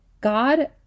God